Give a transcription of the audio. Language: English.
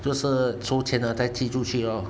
就是出钱了再寄出去咯